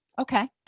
Okay